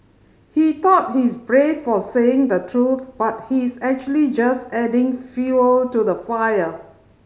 he thought he's brave for saying the truth but he's actually just adding fuel to the fire